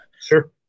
Sure